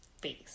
face